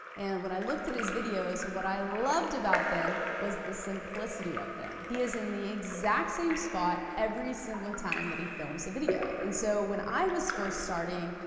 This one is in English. and when i looked at his videos, what i loved about them was the simplicity of them. he is in the exact same spot every single time that he films a video. and so when i was first starting,